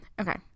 Okay